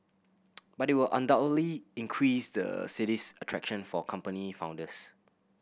but it will undoubtedly increase the city's attraction for company founders